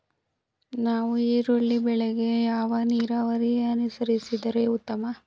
ನಾವು ಈರುಳ್ಳಿ ಬೆಳೆಗೆ ಯಾವ ನೀರಾವರಿ ಅನುಸರಿಸಿದರೆ ಉತ್ತಮ?